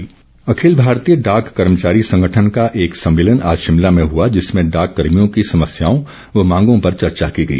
डाक अखिल भारतीय डाक कर्मचारी संगठन का एक सम्मेलन आज शिमला में हुआ जिसमें डाक कर्मियों की समस्याओं व मांगों पर चर्चा की गई